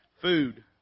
food